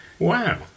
Wow